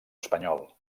espanyol